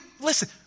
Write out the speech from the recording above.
listen